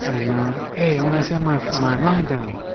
ah you know, hey, i'm gonna send my my line down.